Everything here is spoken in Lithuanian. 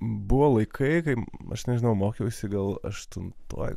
buvo laikai kai aš nežinau mokiausi gal aštuntoj